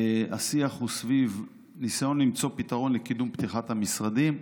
השיח הוא סביב ניסיון למצוא פתרון לקידום פתיחת המשרדים.